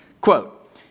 Quote